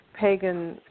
pagan